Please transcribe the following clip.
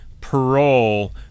parole